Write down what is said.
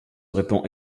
répand